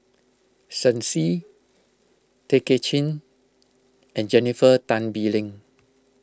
Shen Xi Tay Kay Chin and Jennifer Tan Bee Leng